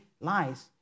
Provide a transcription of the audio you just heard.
lies